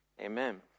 Amen